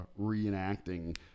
reenacting